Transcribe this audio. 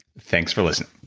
thanks for listening